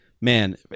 man